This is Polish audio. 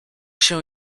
się